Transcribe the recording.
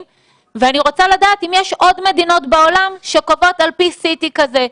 ואני רוצה לדעת אם יש עוד מדינות בעולם שקובעות על פי CT כזה,